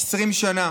20 שנה.